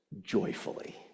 joyfully